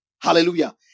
Hallelujah